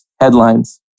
headlines